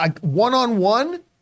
One-on-one